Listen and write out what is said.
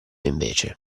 invece